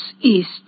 east